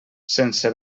sense